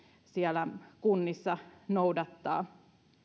siellä kunnissa noudattaa